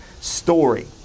story